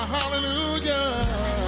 hallelujah